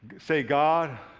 say god,